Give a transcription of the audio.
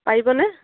পাৰিবনে